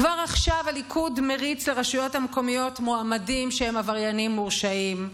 כבר עכשיו הליכוד מריץ לרשויות המקומיות מועמדים שהם עבריינים מורשעים,